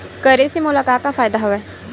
करे से मोला का का फ़ायदा हवय?